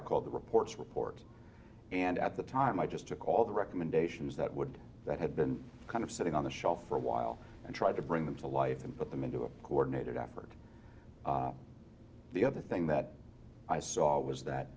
i called the reports report and at the time i just took all the recommendations that would that have been kind of sitting on the shelf for a while and tried to bring them to life and put them into a coordinated effort the other thing that i saw was that